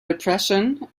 depression